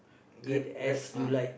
eat as you like